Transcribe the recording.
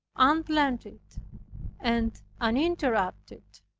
unblended and uninterrupted,